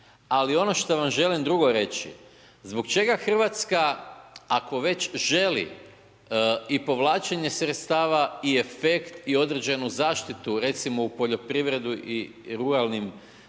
Ali ono što vam želi drugo reći, zbog čega RH ako već želi i povlačenje sredstava i efekt i određenu zaštitu recimo u poljoprivredu i ruralnim mjestima